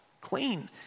clean